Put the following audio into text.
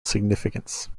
significance